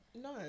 No